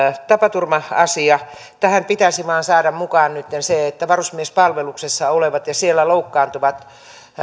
tapaturma asia tähän pitäisi vain saada mukaan nytten se että varusmiespalveluksessa olevat ja siellä loukkaantuvat